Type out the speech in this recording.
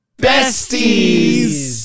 Besties